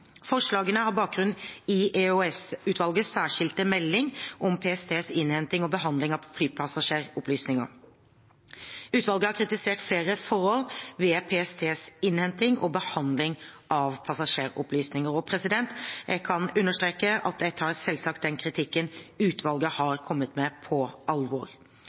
Forslagene har bakgrunn i EOS-utvalgets særskilte melding om PSTs innhenting og behandling av flypassasjeropplysninger. Utvalget har kritisert flere forhold ved PSTs innhenting og behandling av passasjeropplysninger. Jeg kan understreke at jeg selvsagt tar den kritikken utvalget har kommet med, på alvor.